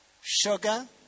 sugar